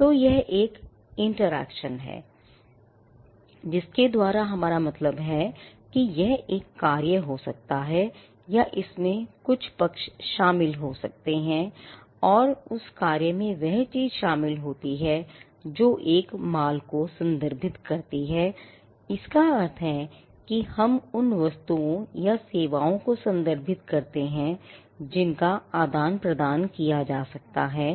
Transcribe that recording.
तो एक interaction है जिसके द्वारा हमारा मतलब है कि यह एक कार्य हो सकता है या इसमें कुछ पक्ष शामिल हो सकते हैं और उस कार्य में वह चीज शामिल होती है जो एक माल को संदर्भित करती है इसका अर्थ है कि हम उन वस्तुओं या सेवाओं को संदर्भित करते हैं जिनका आदान प्रदान किया जाता है